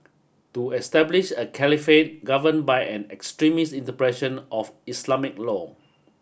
to establish a caliphate governed by an extremist of Islamic law